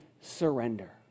surrender